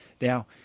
Now